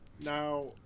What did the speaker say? Now